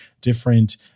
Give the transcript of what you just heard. different